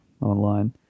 online